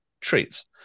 treats